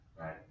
right